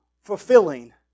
fulfilling